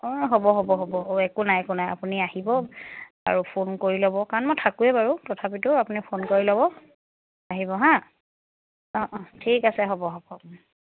অঁ হ'ব হ'ব হ'ব অঁ একো নাই একো নাই আপুনি আহিব আৰু ফোন কৰি ল'ব কাৰণ মই থাকোৱেই বাৰু তথাপিতো আপুনি ফোন কৰি ল'ব আহিব হা অঁ অঁ ঠিক আছে হ'ব হ'ব